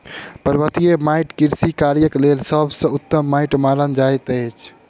पर्वतीय माइट कृषि कार्यक लेल सभ सॅ उत्तम माइट मानल जाइत अछि